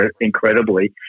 incredibly